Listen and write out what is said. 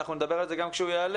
ואנחנו נדבר על זה גם כשהוא יעלה,